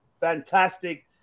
fantastic